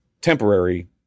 temporary